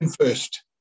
first